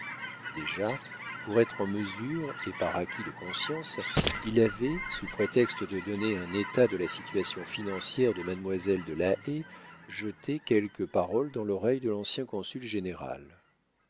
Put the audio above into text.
déjà pour être en mesure et par acquit de conscience il avait sous prétexte de donner un état de la situation financière de mademoiselle de la haye jeté quelques paroles dans l'oreille de l'ancien consul général